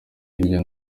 hirya